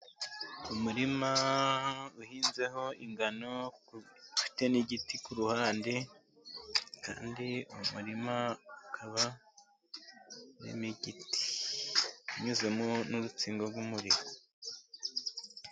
Umurima uhinzeho ingano ufite n'igiti ku ruhande, kandi umurima ukaba urimo igiti, unyuzemo n'urutsinga rw'umuriro.